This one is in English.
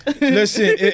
Listen